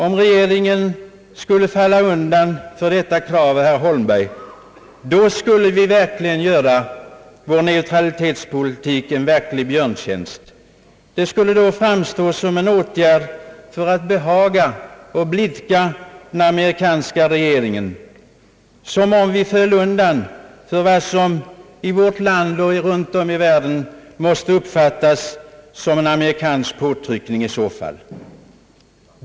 Om regeringen skulle falla undan för herr Holmbergs krav, då skulle den i sanning göra vår neutralitetspolitik en verklig björntjänst. Det skulle då framstå som en åtgärd för att behaga och blidka den amerikanska regeringen, som om vi föll undan för vad som i vårt land och runt om i världen måste uppfattas som en amerikansk påtryckning.